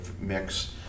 mix